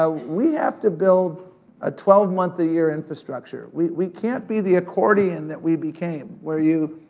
ah we have to build a twelve month a year infrastructure. we we can't be the accordion that we became. where you,